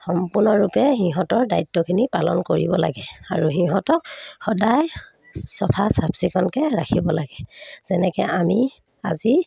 সম্পূৰ্ণৰূপে সিহঁতৰ দায়িত্বখিনি পালন কৰিব লাগে আৰু সিহঁতক সদায় চফা চাফ চিকুণকৈ ৰাখিব লাগে যেনেকৈ আমি আজি